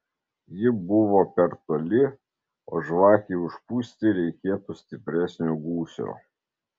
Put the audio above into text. ji buvo per toli o žvakei užpūsti reikėtų stipresnio gūsio